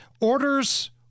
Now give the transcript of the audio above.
orders